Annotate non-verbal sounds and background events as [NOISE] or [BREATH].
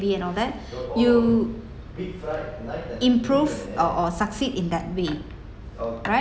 savvy and all that [BREATH] you improve or or succeed in that way right